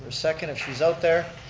second if she's out there.